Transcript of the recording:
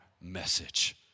message